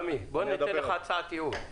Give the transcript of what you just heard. סמי, אני אתן לך הצעת ייעול.